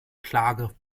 klage